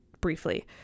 briefly